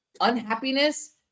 unhappiness